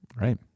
Right